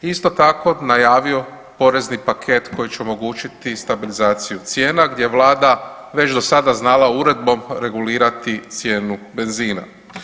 Isto tako je najavio porezni paket koji će omogućiti stabilizaciju cijena gdje je Vlada već do sada znala uredbom regulirati cijenu benzina.